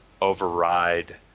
override